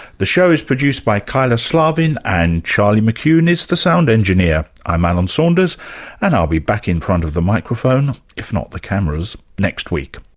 the show is produced by kyla slaven and charlie mccune is the sound engineer. i'm alan saunders and i'll be back in front of the microphone, if not the cameras, next week